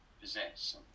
possess